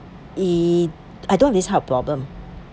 I don't have this kind of problem